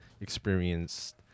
experienced